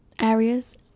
areas